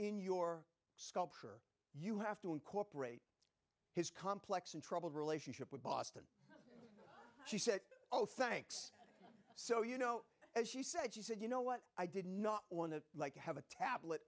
in your sculpture you have to incorporate his complex and troubled relationship with boston she said oh thanks so you know as she said she said you know what i did not want to like have a tablet